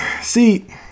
see